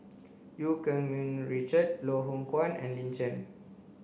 Eu Keng Mun Richard Loh Hoong Kwan and Lin Chen